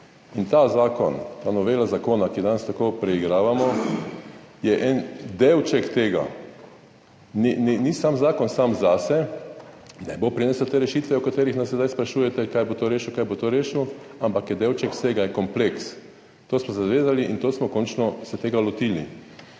Ta zakon, ta novela zakona, ki jo danes tako preigravamo, je en delček tega. Ni samo zakon, sam zase ne bo prinesel teh rešitev, o katerih se nas zdaj sprašujete, kako bo to rešil, kako bo to rešil, ampak je delček vsega, je kompleks. Temu smo se zavezali in končno smo se tega lotili.